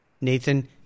Nathan